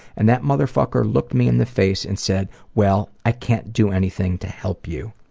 and that motherfucker looked me in the face and said, well, i can't do anything to help you.